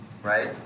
Right